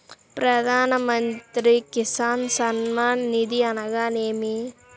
ప్రధాన మంత్రి కిసాన్ సన్మాన్ నిధి అనగా ఏమి?